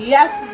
Yes